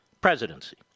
presidency